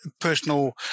personal